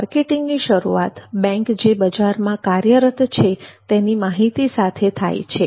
marketing ની શરૂઆત bank જે બજારમાં કાર્યરત છે તેની માહિતી સાથે થાય છે